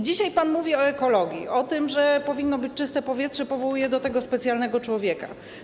Dzisiaj pan mówi o ekologii, o tym, że powinno być czyste powietrze, i powołuje do tego specjalnego człowieka.